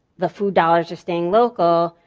the food dollars just staying local,